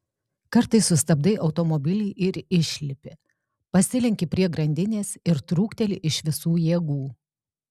kartais sustabdai automobilį ir išlipi pasilenki prie grandinės ir trūkteli iš visų jėgų